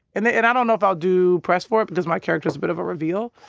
and then and i don't know if i'll do press for it because my character's a bit of a reveal.